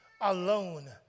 alone